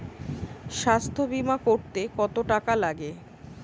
স্বাস্থ্যবীমা করতে কত টাকা লাগে?